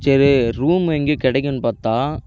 சரி ரூம் எங்கேயும் கிடைக்குன்னு பார்த்தா